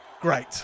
Great